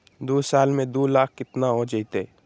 दू साल में दू लाख केतना हो जयते?